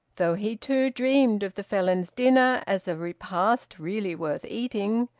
though he, too, dreamed of the felons' dinner as a repast really worth eating,